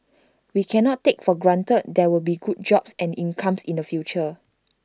we cannot take for granted there will be good jobs and incomes in the future